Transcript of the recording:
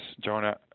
jonah